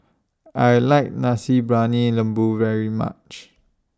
I like Nasi Briyani Lembu very much